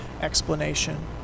explanation